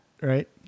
Right